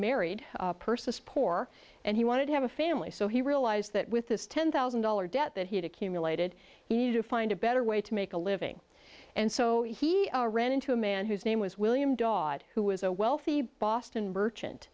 married persis poor and he wanted to have a family so he realized that with this ten thousand dollar debt that he had accumulated he to find a better way to make a living and so he ran into a man whose name was william dog who was a wealthy boston merchant